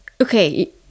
okay